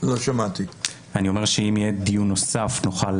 אם יהיה דיון נוסף, נוכל